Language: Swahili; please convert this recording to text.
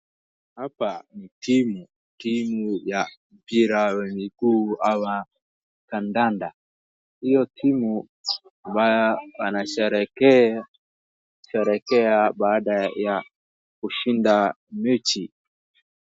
Hapa ni timu, timu ya mpira wa miguu ama kandanda. Hiyo timu ambayo wanasherehekea baada ya kushinda mechi.